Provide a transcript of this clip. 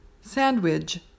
Sandwich